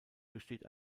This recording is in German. besteht